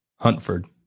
Huntford